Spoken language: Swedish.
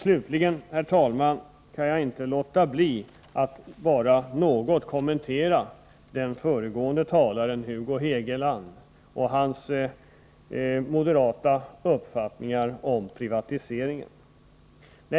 Slutligen, herr talman, kan jag inte låta bli att något kommentera inlägget från den föregående talaren, Hugo Hegeland, och hans moderata uppfattningar om privatiseringen.